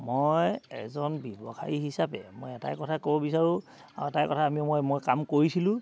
মই এজন ব্যৱসায়ী হিচাপে মই এটাই কথা ক'ব বিচাৰোঁ আৰু এটাই কথা আমি মই মই কাম কৰিছিলোঁ